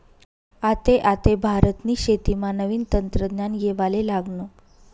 आते आते भारतनी शेतीमा नवीन तंत्रज्ञान येवाले लागनं